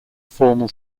formal